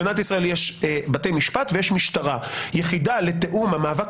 במדינת ישראל יש בתי משפט ויש משטרה יחידה לתיאום המאבק